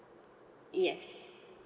yes